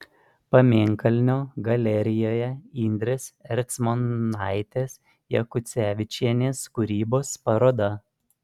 pamėnkalnio galerijoje indrės ercmonaitės jakucevičienės kūrybos paroda